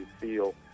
feel